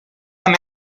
come